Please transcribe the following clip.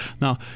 Now